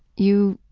you,